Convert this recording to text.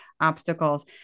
obstacles